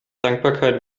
dankbarkeit